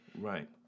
Right